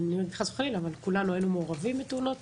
כולנו היינו מעורבים בתאונות